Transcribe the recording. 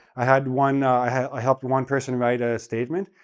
i had one i helped one person write a statement.